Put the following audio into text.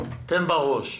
תן בראש.